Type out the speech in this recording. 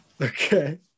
Okay